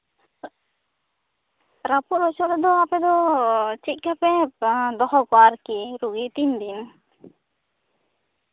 ᱮᱜ ᱨᱟᱹᱯᱩᱫ ᱨᱚᱪᱚᱫ ᱨᱮᱫᱚ ᱟᱯᱮ ᱫᱚ ᱪᱮᱫᱠᱟ ᱫᱚᱦᱚ ᱠᱚᱣᱟ ᱟᱨᱠᱤ ᱨᱩᱣᱟᱹ ᱟᱨᱠᱤ ᱨᱩᱜᱤᱛᱤᱧ ᱤᱭᱟᱹ